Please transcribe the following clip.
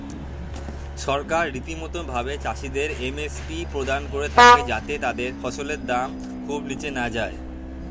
সরকার রীতিমতো ভাবে চাষিদের এম.এস.পি প্রদান করে থাকে যাতে তাদের ফসলের দাম খুব নীচে না যায়